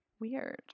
weird